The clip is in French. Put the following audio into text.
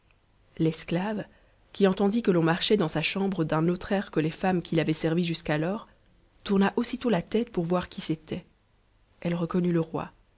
l'esclave qui entendit que l'on marchait dans sa chambre d'un autre air que les femmes qui l'avaient servie jusqu'alors tourna aussitôt la tête pour voir qui c'était elle reconnut le roi